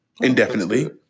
indefinitely